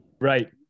Right